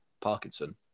Parkinson